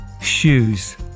shoes